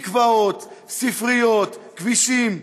מקוואות, ספריות, כבישים.